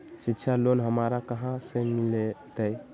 शिक्षा लोन हमरा कहाँ से मिलतै?